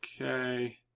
okay